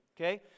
Okay